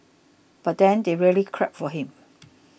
but then they really clapped for him